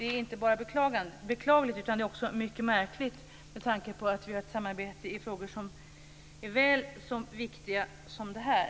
Det är inte bara beklagligt, utan det är också mycket märkligt med tanke på att vi har ett samarbete i frågor som är väl så viktiga som denna.